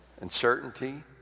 uncertainty